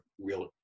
real